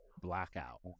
blackout